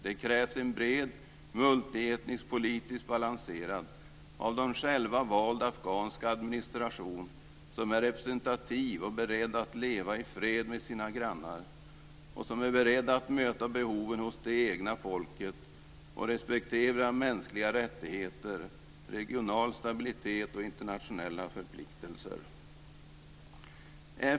Det krävs en bred multietnisk, politiskt balanserad och av dem själva vald afghansk administration som är representativ och beredd att leva i fred med sina grannar. De måste vara beredda att möta behoven hos det egna folket och respektera mänskliga rättigheter, regional stabilitet och internationella förpliktelser.